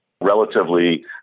relatively